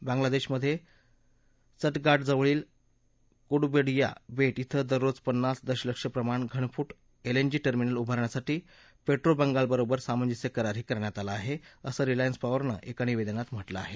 बांग्लादेशमधे चटगाटजवळील कुटूबडिया बेट कें दररोज पन्नास दशलक्ष प्रमाण घनफूट एलएनजी टर्मिनल उभारण्यासाठी पेट्रो बंगालवरोवर सामंजस्य करारही करण्यात आला आहे असं रिलायन्स पॉवरने एका निवेदनात म्हटलं आहे